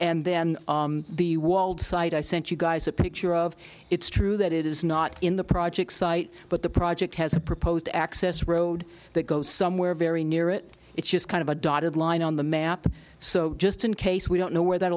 and then the walled site i sent you guys a picture of it's true that it is not in the project site but the project has a proposed access road that goes somewhere very near it it's just kind of a dotted line on the map so just in case we don't know where that